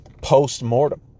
post-mortem